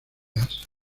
asa